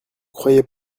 croyez